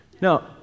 No